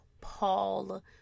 Paul